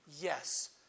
yes